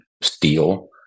steel